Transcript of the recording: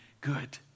good